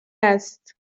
است